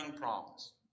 promise